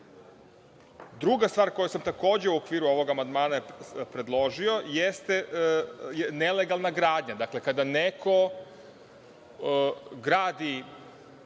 niko. Druga stvar, koju sam takođe u okviru ovog amandmana predložio jeste nelegalna gradnja. Kada neko gradi,